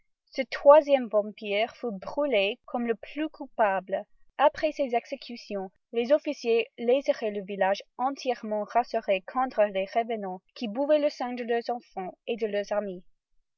ce troisième vampire fut brûlé comme le plus coupable après ces exécutions les officiers laissèrent le village entièrement rassuré contre les revenans qui buvaient le sang de leurs enfans et de leurs amis